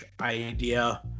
idea